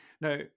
Now